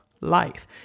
life